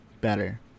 better